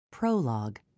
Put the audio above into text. Prologue